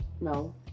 No